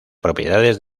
propiedades